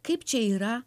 kaip čia yra